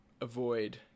avoid